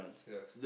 ya